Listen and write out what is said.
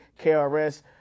KRS